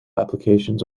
applications